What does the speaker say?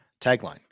tagline